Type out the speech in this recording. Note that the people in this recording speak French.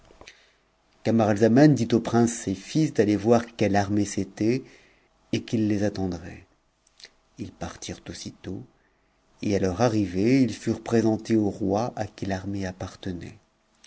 camaralzaman dit auxprinces ses fils d'aller voir quelle armée c'était et qu'il les attendrait ils partirent aussitôt et à leur arrivée ils i présentés au roi à qui